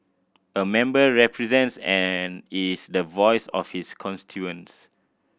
a member represents and is the voice of his constituents